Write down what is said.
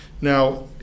Now